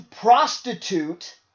prostitute